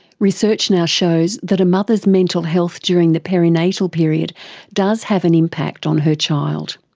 research now shows that a mother's mental health during the peri-natal period does have an impact on her child.